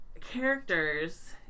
characters